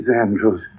Andrews